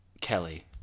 Kelly